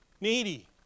Needy